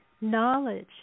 knowledge